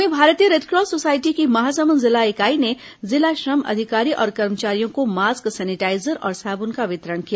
वहीं भारतीय Red Cross society की महासमुंद जिला इकाई ने जिला श्रम अधिकारी और कर्मचारियों को मास्क सेनिटाईजर और साबुन का वितरण किया